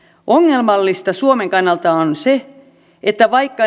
ongelmallista suomen kannalta on se että vaikka